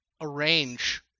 arrange